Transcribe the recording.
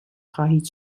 خواهید